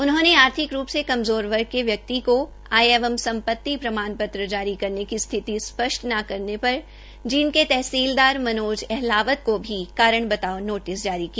उन्होंने आर्थिक रूप से कमज़ोर वर्ग के व्यक्ति को आय एवं संपति प्रमाण पत्र जारी की स्थिति स्पष्ट न करने पर जींद के तहसीलदार मनोज अहलावत को भी कारण बताओं नोटिस जारी किया